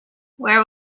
where